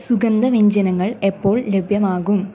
സുഗന്ധവ്യഞ്ജനങ്ങൾ എപ്പോൾ ലഭ്യമാകും